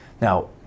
Now